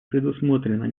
предусмотрено